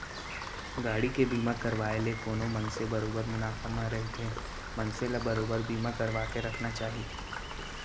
गाड़ी के बीमा करवाय ले कोनो मनसे बरोबर मुनाफा म रहिथे मनसे ल बरोबर बीमा करवाके रखना चाही